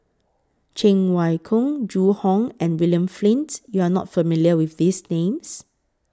Cheng Wai Keung Zhu Hong and William Flint YOU Are not familiar with These Names